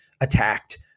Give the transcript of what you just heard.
attacked